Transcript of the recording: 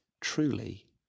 truly